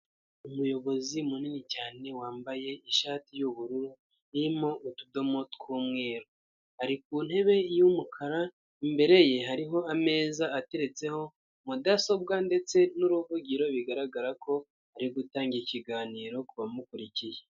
Umuyobozi munini cyane wambaye ishati y'ubururu irimo utudomo tw'umweru, ari ku ntebe y'umukara imbere ye hariho ameza ateretseho mudasobwa ndetse n'uruvugiro bigaragara ko ari gutanga ikiganiro kubamukurikiye.